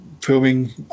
filming